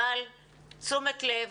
אבל תשומת לב,